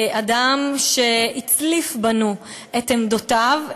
אדם שהצליף בנו את עמדותיו,